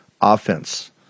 offense